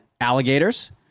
alligators